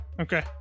Okay